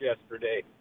yesterday